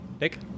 nick